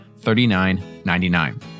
$39.99